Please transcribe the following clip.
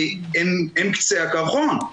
הם קצה הקרחון.